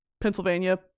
Pennsylvania